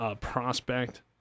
prospect